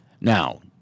Now